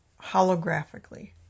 holographically